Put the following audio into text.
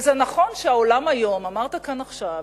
וזה נכון שהעולם היום, אמרת כאן עכשיו,